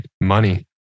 money